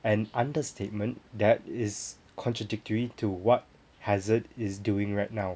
an understatement that is contradictory to what hazard is doing right now